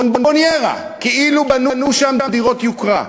בונבוניירה, כאילו בנו שם דירות יוקרה,